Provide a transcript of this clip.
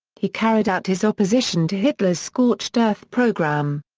he carried out his opposition to hitler's scorched earth programme.